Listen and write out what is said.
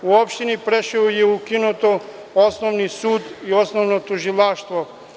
U opštini Preševo je ukinut osnovni sud i osnovno tužilaštvo.